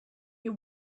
you